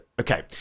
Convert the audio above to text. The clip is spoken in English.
okay